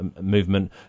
movement